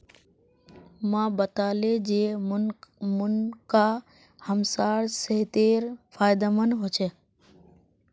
माँ बताले जे मुनक्का हमसार सेहतेर फायदेमंद ह छेक